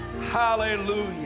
hallelujah